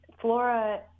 Flora